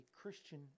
Christian